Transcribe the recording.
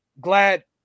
glad